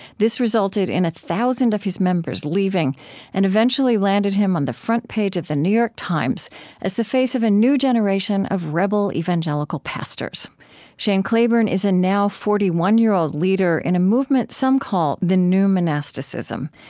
this resulted in one thousand of his members leaving and eventually landed him on the front page of the new york times as the face of a new generation of rebel evangelical pastors shane claiborne is a now forty one year-old leader in a movement some call the new monasticism,